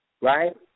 right